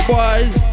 Boys